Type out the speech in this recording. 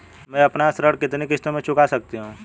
मैं अपना ऋण कितनी किश्तों में चुका सकती हूँ?